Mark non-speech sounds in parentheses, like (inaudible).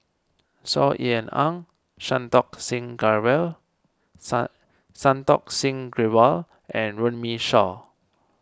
Saw Ean Ang Santokh Singh Grewal (unintelligible) Santokh Singh Grewal and Runme Shaw